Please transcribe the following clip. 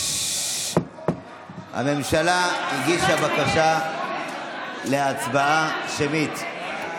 הממשלה הגישה בקשה להצבעה שמית.